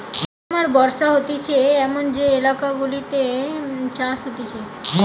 গরম আর বর্ষা হতিছে এমন যে এলাকা গুলাতে চাষ হতিছে